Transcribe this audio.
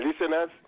listeners